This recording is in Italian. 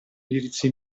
indirizzo